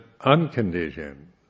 unconditioned